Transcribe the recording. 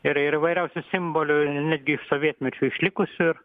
ir ir įvairiausių simbolių ir netgi iš sovietmečio išlikusių ir